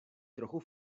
trochu